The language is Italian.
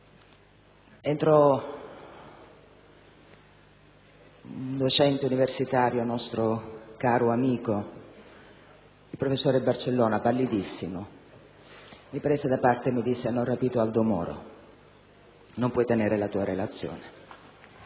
Entrò un docente universitario, nostro caro amico, il professor Barcellona, pallidissimo. Mi prese da parte e mi disse: «Hanno rapito Aldo Moro. Non puoi tenere la tua relazione».